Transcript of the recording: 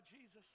Jesus